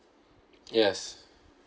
yes